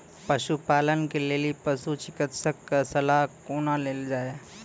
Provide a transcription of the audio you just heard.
पशुपालन के लेल पशुचिकित्शक कऽ सलाह कुना लेल जाय?